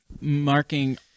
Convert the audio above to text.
marking